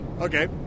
Okay